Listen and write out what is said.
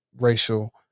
racial